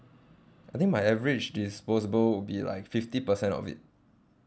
I think my average disposable will be like fifty percent of it